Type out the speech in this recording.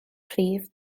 prif